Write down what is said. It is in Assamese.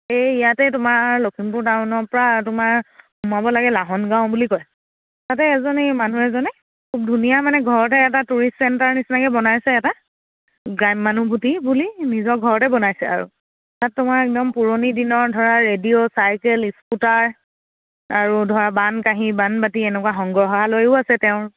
এই ইয়াতে তোমাৰ লখিমপুৰ টাউনৰপৰা তোমাৰ সোমাব লাগে লাহনগাঁও বুলি কয় তাতে এজননেী মানুহ এজনে খুব ধুনীয়া মানে ঘৰতে এটা টুৰিষ্ট চেণ্টাৰ নিচিনাকৈ বনাইছে এটা গ্ৰাম্যানুভূতি বুলি নিজৰ ঘৰতে বনাইছে আৰু তাত তোমাৰ একদম পুৰণি দিনৰ ধৰা ৰেডিঅ' চাইকেল স্কুটাৰ আৰু ধৰা বানকাঁহী বানবটি এনেকুৱা সংগ্ৰাহালয়ো আছে তেওঁৰ